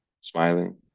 Smiling